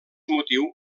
motiu